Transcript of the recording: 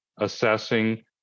assessing